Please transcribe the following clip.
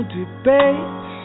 debate